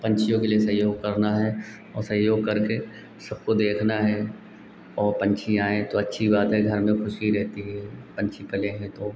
पक्षियों के लिए सहयोग करना है और सहयोग करके सबको देखना है और पक्षी आएँ तो अच्छी बात है घर में खुशी रहती है पक्षी पले हैं तो